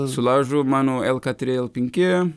sulaužau mano elkatrel penki